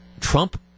Trump